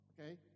okay